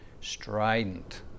strident